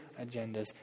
agendas